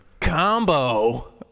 Combo